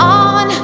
on